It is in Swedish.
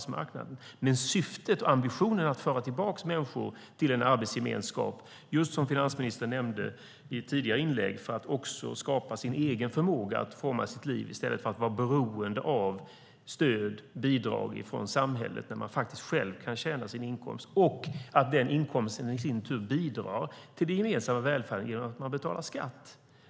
Syftet och ambitionen är att föra tillbaka människor till en arbetsgemenskap, som finansministern nämnde i ett tidigare inlägg, så att de genom egen förmåga kan forma sina liv i stället för att vara beroende av stöd och bidrag från samhället. Då kan de skaffa sig en inkomst, och den inkomsten bidrar i sin tur till den gemensamma välfärden genom att de betalar skatt.